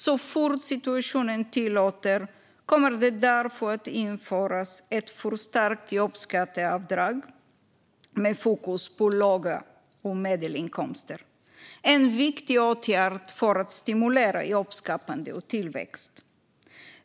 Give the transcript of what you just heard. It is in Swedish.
Så fort situationen tillåter det kommer därför ett förstärkt jobbskatteavdrag med fokus på låga och medelhöga inkomster att införas. Det är en viktig åtgärd för att stimulera jobbskapande och tillväxt.